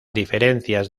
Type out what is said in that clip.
diferencias